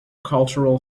cultural